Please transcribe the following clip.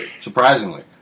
Surprisingly